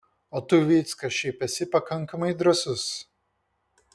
o tu vycka šiaip esi pakankamai drąsus